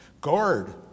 Guard